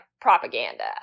propaganda